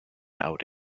out